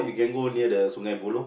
you can go near the Sungei-Buloh